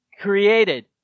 created